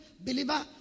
believer